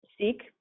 seek